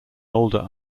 older